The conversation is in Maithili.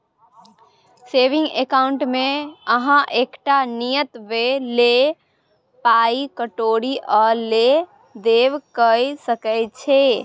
सेबिंग अकाउंटमे अहाँ एकटा नियत बेर लेल पाइ कौरी आ लेब देब कअ सकै छी